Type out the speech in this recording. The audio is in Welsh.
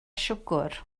siwgr